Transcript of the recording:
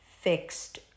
fixed